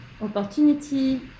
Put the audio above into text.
opportunity